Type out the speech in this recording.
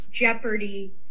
jeopardy